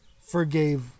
forgave